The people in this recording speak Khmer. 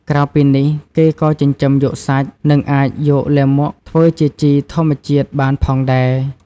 ក្រៅពីនេះ គេក៏ចិញ្ចឹមយកសាច់ និងអាចយកលាមកធ្វើជាជីធម្មជាតិបានផងដែរ។